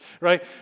Right